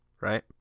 right